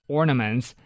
ornaments